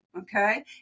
okay